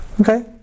Okay